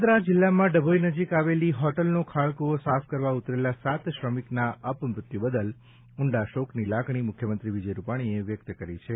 વડોદરા જિલ્લામાં ડભોઇ નજીક આવેલી હોટલનો ખાળકૂવો સાફ કરવા ઉતરેલા સાત શ્રમિકના અપમૃત્યુ બદલ ઉંડા શોકની લાગણી મુખ્યમંત્રી વિજય રૂપાણીએ વ્યકત કરી છે